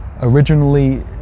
Originally